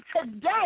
Today